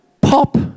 pop